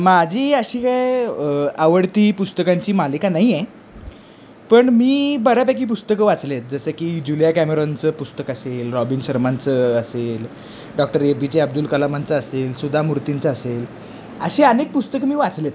माझी अशी काय आवडती पुस्तकांची मालिका नाही आहे पण मी बऱ्यापैकी पुस्तकं वाचली आहेत जसं की जुलिया कॅमेरॉनचं पुस्तक असेल रॉबिन शर्मांचं असेल doctor A P J Abdul कलामांचं असेल सुधा मूर्तींचं असेल अशी अनेक पुस्तकं मी वाचली आहेत